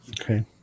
Okay